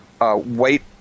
White